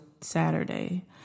Saturday